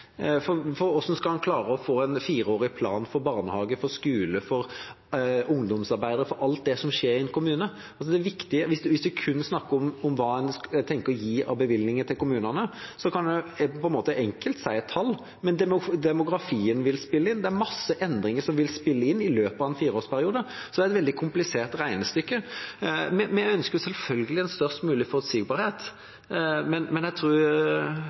skal man klare å få en fireårig plan for barnehage, for skole, for ungdomsarbeid – for alt det som skjer i en kommune? Hvis man kun snakker om hva man tenker å gi av bevilgninger til kommunene, kan man enkelt si et tall, men demografien vil spille inn, det er masse endringer som vil spille inn løpet av en fireårsperiode. Så det er et veldig komplisert regnestykke. Vi ønsker selvfølgelig en størst mulig forutsigbarhet, men jeg tror